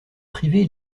privé